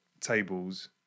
tables